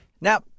Now